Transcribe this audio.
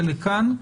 חלק מכאן,